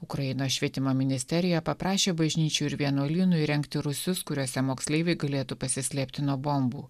ukrainos švietimo ministerija paprašė bažnyčių ir vienuolynų įrengti rūsius kuriuose moksleiviai galėtų pasislėpti nuo bombų